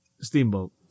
Steamboat